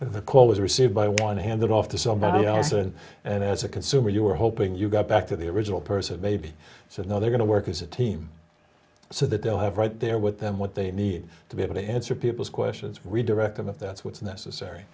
was received by one handed off to somebody else and and as a consumer you were hoping you got back to the original person baby so now they're going to work as a team so that they'll have right there with them what they need to be able to answer people's questions redirect of it that's what's necessary